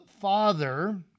Father